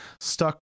stuck